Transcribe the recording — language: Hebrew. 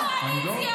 אתם אחראים.